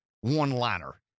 one-liner